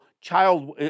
child